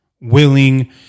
willing